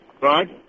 right